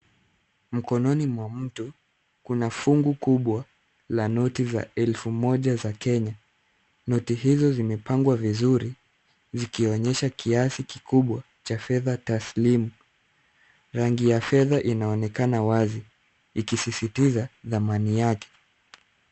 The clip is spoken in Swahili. Mkononi mwa mtu kuna fungu kubwa la noti za elfu moja za Kenya. Noti hizo zimepangwa vizuri zikionyesha kiasi kikubwa cha fedha taslimu. Rangi ya fedha inaonekana wazi ikisisitiza dhamani yake.